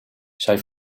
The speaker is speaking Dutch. zij